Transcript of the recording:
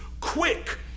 quick